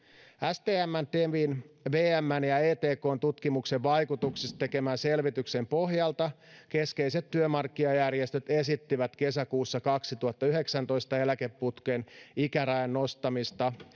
stmn temin vmn ja etkn muutosten vaikutuksista tekemän selvityksen pohjalta keskeiset työmarkkinajärjestöt esittivät kesäkuussa kaksituhattayhdeksäntoista eläkeputken ikärajan nostamista